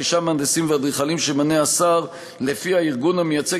תשעה מהנדסים ואדריכלים שימנה השר לפי הארגון המייצג